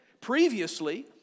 Previously